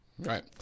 Right